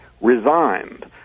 resigned